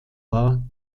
war